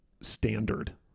standard